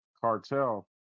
cartel